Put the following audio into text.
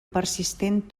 persistent